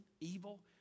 evil